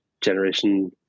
generation